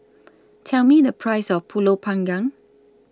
Tell Me The Price of Pulut Panggang